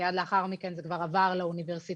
מיד לאחר מכן זה כבר עבר לאוניברסיטאות,